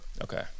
Okay